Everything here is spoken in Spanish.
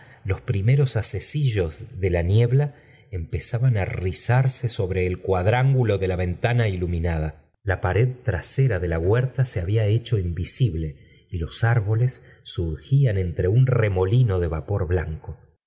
los primeros hacecillos la niebla empezaban á rizarse sobre el cuadrángulo de la ventana iluminada la pared trasera el sabueso do la huerta se había hecho invisible y los árboles surgían entre un remolino de vapor blanco